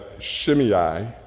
Shimei